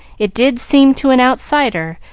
it did seem, to an outsider,